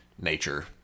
nature